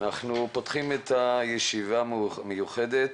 אנחנו פותחים את ישיבת המעקב המיוחדת: